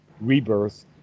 rebirth